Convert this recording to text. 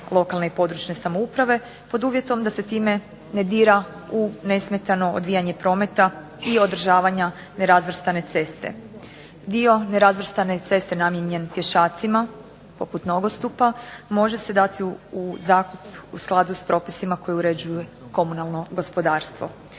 lokalne i područne samouprave pod uvjetom da se time ne dira u nesmetano odvijanje prometa i održavanja nerazvrstane ceste. Dio nerazvrstane ceste namijenjen pješacima poput nogostupa može se dati u zakup u skladu sa propisima koji uređuju komunalno gospodarstvo.